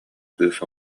кыыс